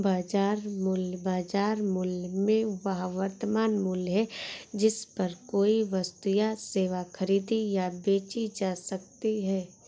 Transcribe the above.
बाजार मूल्य, बाजार मूल्य में वह वर्तमान मूल्य है जिस पर कोई वस्तु या सेवा खरीदी या बेची जा सकती है